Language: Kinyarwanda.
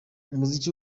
umuziki